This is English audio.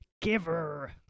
Giver